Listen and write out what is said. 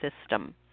system